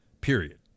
period